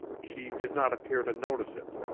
she did not appear to notice it.